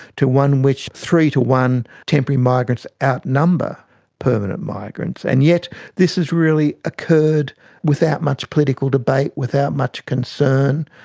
to one which three to one temporary migrants outnumber permanent migrants, and yet this has really occurred without much political debate, without much concern,